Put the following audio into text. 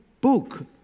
book